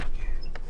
כאן.